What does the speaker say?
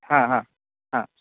हां हां हां